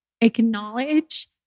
acknowledge